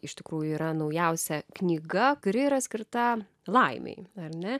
iš tikrųjų yra naujausia knyga kuri yra skirta laimei ar ne